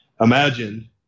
imagine